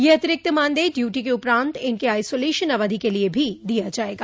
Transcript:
यह अतिरिक्त मानदेय ड्यूटी के उपरान्त इनके आइसोलेशन अवधि के लिये भी दिया जायेगा